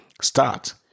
Start